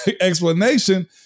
explanation